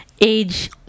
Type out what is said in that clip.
Age